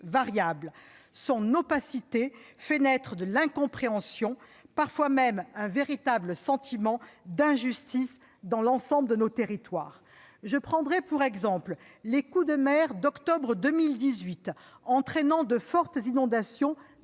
Son opacité fait naître de l'incompréhension, parfois même un sentiment d'injustice dans nos territoires. Je prendrai pour exemple les coups de mer d'octobre 2018 qui ont entraîné de fortes inondations dans les